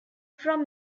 from